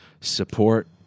support